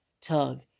tug